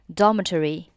dormitory